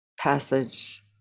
passage